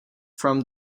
from